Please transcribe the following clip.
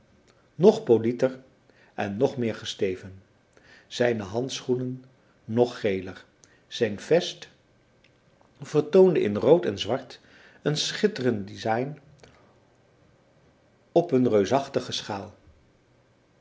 nog polieter en nog meer gesteven zijne handschoenen nog geler zijn vest vertoonde in rood en zwart een schitterend dessin op een reusachtige schaal